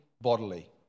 bodily